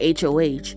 HOH